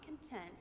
content